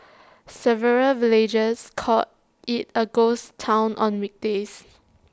several villagers call IT A ghost Town on weekdays